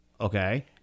Okay